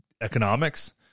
economics